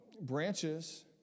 branches